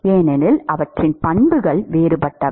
ஏனெனில் அவற்றின் பண்புகள் வேறுபட்டவை